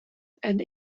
and